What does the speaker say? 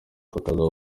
hakaza